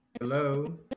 Hello